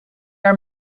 are